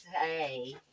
say